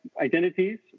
identities